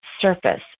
surface